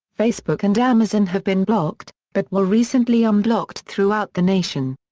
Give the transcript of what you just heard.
facebook and amazon have been blocked, but were recently unblocked throughout the nation.